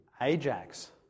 Ajax